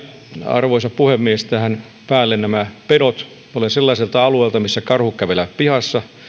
arvoisa puhemies tähän päälle pedot olen sellaiselta alueelta missä karhut kävelevät pihassa